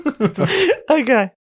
Okay